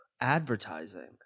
advertising